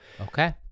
Okay